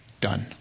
Done